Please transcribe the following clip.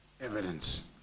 evidence